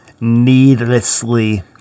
needlessly